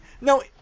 no